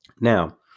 now